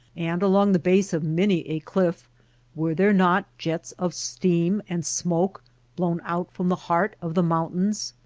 and along the base of many a cliff were there not jets of steam and smoke blown out from the heart of the mountains?